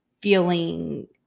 feeling